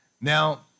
Now